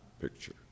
picture